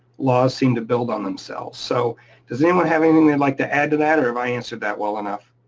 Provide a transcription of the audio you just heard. laws seem to build on themselves. so does anyone have anything they'd like to add to that or have i answered that well enough?